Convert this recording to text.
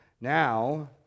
Now